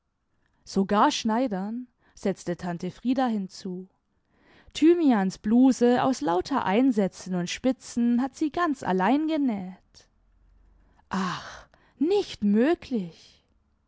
sogar schneidern setzte tante frieda hinzu thymians bluse aus lauter einsätzen und spitzen hat sie ganz allein genäht ach nicht möglich